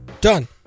Done